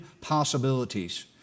possibilities